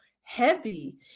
heavy